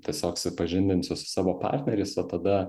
tiesiog supažindinsiu su savo partneriais o tada